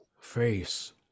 Face